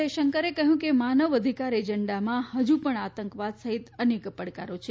જયશંકરે કહ્યું છે કે માનવાધિકાર એજન્ડામાં હજુ પણ આતંકવાદ સહિત અનેક પડકારો છે